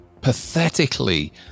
pathetically